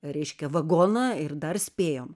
reiškia vagoną ir dar spėjom